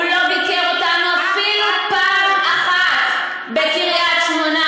הוא לא ביקר אפילו פעם אחת בקריית-שמונה.